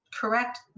correct